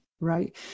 Right